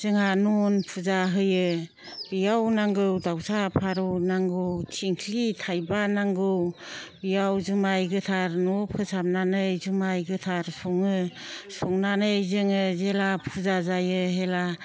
जोंहा न'न फुजा होयो बेयाव नांगौ दाउसा फारौ नांगौ थिंख्लि थाइबा नांगौ बेयाव जुमाइ गोथार न' फोसाबनानै जुमाइ गोथार सङो संनानै जोङो जेब्ला फुजा जायो अब्ला